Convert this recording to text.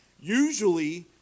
usually